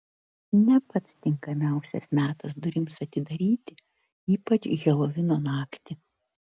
ne pats tinkamiausias metas durims atidaryti ypač helovino naktį